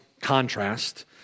contrast